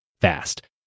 fast